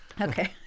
Okay